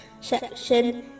section